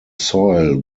soil